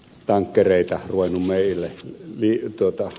nestekaasutankkereita ruvennut meille liikkumaan